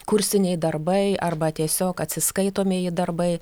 kursiniai darbai arba tiesiog atsiskaitomieji darbai